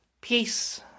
Peace